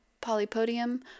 polypodium